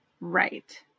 Right